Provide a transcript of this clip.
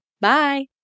Bye